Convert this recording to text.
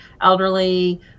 elderly